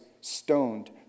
stoned